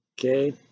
Okay